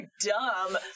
dumb